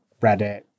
Reddit